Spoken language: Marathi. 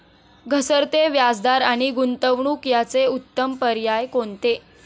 घसरते व्याजदर आणि गुंतवणूक याचे उत्तम पर्याय कोणते?